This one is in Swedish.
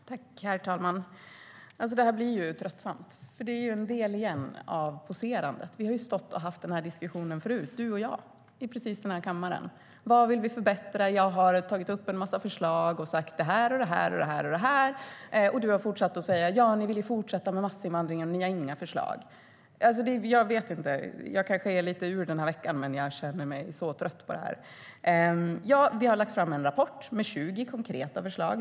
STYLEREF Kantrubrik \* MERGEFORMAT Migration, Anhörig-invandring och Arbets-kraftsinvandringJa, vi har lagt fram en rapport med 20 konkreta förslag.